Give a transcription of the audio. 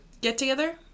get-together